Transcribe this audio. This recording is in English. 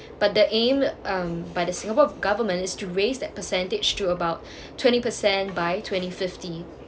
but the aim um but the singapore government is to raise that percentage to about twenty percent by twenty fifty